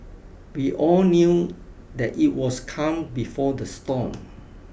we all knew that it was calm before the storm